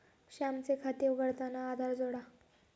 श्यामचे खाते उघडताना आधार जोडा